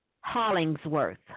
Hollingsworth